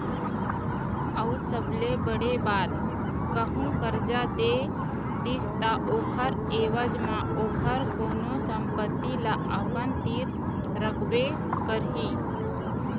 अऊ सबले बड़े बात कहूँ करजा दे दिस ता ओखर ऐवज म ओखर कोनो संपत्ति ल अपन तीर रखबे करही